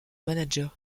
manager